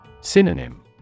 Synonym